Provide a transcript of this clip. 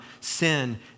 sin